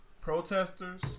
Protesters